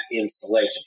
installation